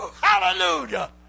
Hallelujah